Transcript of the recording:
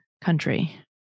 country